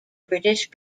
british